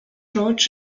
george’s